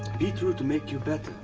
beet root make you better,